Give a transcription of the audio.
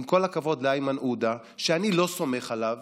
עם כל הכבוד לאיימן עודה שאני לא סומך עליו